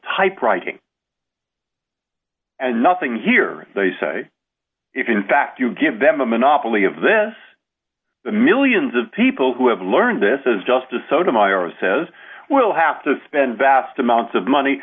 typewriting and nothing here they say if in fact you give them a monopoly of this the millions of people who have learned this is just a so tomorrow says we'll have to spend vast amounts of money